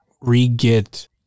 re-get